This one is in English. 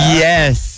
yes